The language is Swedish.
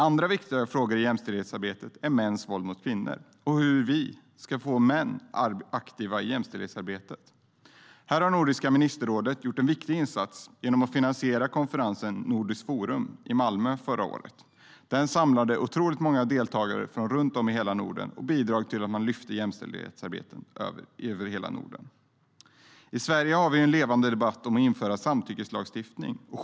Andra viktiga frågor i jämställdhetsarbetet är mäns våld mot kvinnor och hur vi ska få män aktiva i jämställdhetsarbetet. Här har Nordiska ministerrådet gjort en viktig insats genom att finansiera konferensen Nordiskt Forum i Malmö förra året. Den samlade otroligt många deltagare från platser runt om i hela Norden och bidrog till att man lyfte fram jämställdhetsarbetet över hela Norden. I Sverige har vi en levande debatt om att införa samtyckeslagstiftning.